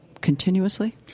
continuously